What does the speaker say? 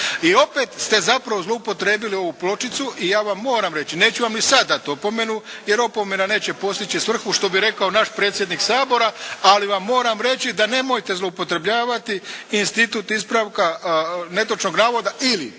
I opet ste zapravo zloupotrijebili ovu pločicu i ja vam moram reći, neću vam ni sada dati opomenu, jer opomena neće postići svrhu što bi rekao naš predsjednik Sabora, ali vam moram reći da nemojte zloupotrebljavati institut ispravka netočnog navoda ili